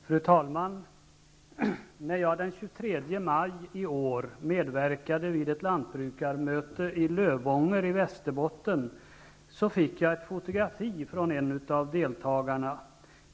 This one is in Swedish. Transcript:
Fru talman! När jag den 23 maj i år medverkade vid ett lantbrukarmöte i Lövånger i Västerbotten fick jag ett fotografi från en deltagare.